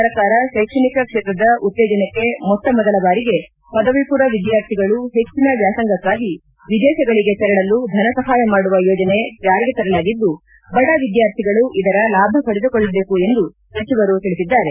ಸರಕಾರ ಶೈಕ್ಷಣಿಕ ಕ್ಷೇತ್ರದ ಉತ್ತೇಜನಕ್ಕೆ ಮೊಟ್ಟಮೊದಲ ಬಾರಿಗೆ ಪದವಿಪೂರ್ವ ವಿದ್ವಾರ್ಥಿಗಳು ಹೆಚ್ಚಿನ ವ್ವಾಸಂಗಕ್ಕಾಗಿ ವಿದೇತಗಳಿಗೆ ತೆರಳಲು ಧನ ಸಹಾಯ ಮಾಡುವ ಯೋಜನೆ ಜಾರಿಗೆ ತರಲಾಗಿದ್ದು ಬಡ ವಿದ್ವಾರ್ಥಿಗಳು ಇದರ ಲಾಭ ಪಡೆದುಕೊಳ್ಳಬೇಕು ಎಂದು ಸಚಿವರು ತಿಳಿಸಿದ್ದಾರೆ